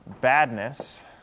Badness